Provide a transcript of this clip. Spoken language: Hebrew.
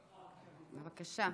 בבקשה.